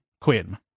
Quinn